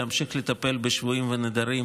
להמשיך לטפל בשבויים ובנעדרים